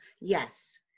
yes